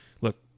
look